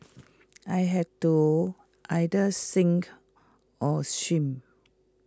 I had to either sink or swim